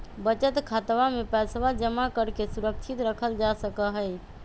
बचत खातवा में पैसवा जमा करके सुरक्षित रखल जा सका हई